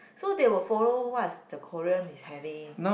so they will follow what's the Korean is having